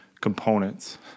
components